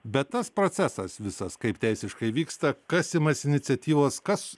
bet tas procesas visas kaip teisiškai vyksta kas imasi iniciatyvos kas